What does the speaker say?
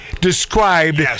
described